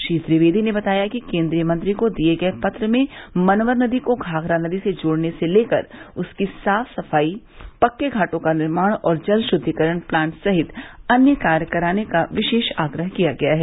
श्री द्विवेदी ने बताया कि केन्द्रीय मंत्री को दिये गये पत्र में मनवर नदी को घाघरा नदी से जोड़ने से लेकर उसकी साफ सफाई पक्के घाटों का निर्माण और जल शुद्धिकरण प्लांट सहित अन्य कार्य कराने का विशेष आग्रह किया गया है